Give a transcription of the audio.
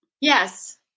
yes